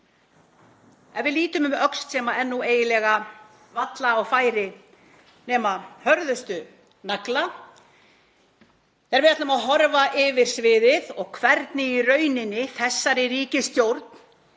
Ef við lítum um öxl þá er það nú eiginlega varla á færi nema hörðustu nagla þegar við horfum yfir sviðið og hvernig í rauninni þessari ríkisstjórn